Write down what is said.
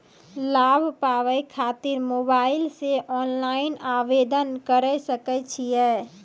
लाभ पाबय खातिर मोबाइल से ऑनलाइन आवेदन करें सकय छियै?